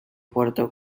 puerto